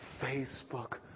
Facebook